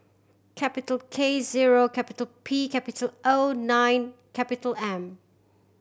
capital K zero capital P capital O nine capital M